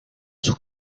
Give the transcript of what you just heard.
sus